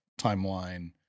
timeline